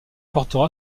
portera